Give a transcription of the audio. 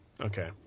Okay